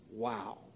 Wow